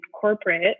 corporate